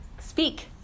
speak